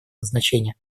назначения